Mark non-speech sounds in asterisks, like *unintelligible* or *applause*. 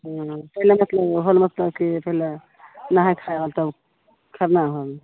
*unintelligible* होल मतलब कि पहिले नहाय खाय होल तब खरना होल